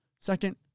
Second